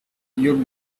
you